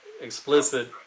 explicit